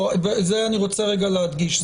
לא זה אני רוצה רגע להדגיש,